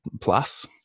plus